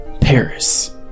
Paris